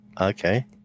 okay